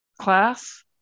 class